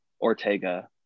Ortega